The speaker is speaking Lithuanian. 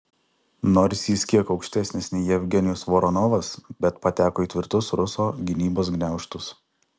nors jis kiek aukštesnis nei jevgenijus voronovas bet pateko į tvirtus ruso gynybos gniaužtus